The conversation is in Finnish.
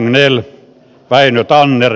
rangell väinö tanner t